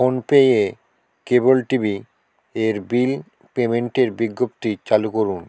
PhonePe এ cable TV এর bill পেইমেন্টের বিজ্ঞপ্তি চালু করুন